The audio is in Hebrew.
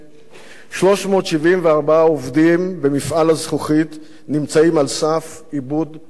374 עובדים במפעל הזכוכית נמצאים על סף איבוד פרנסתם.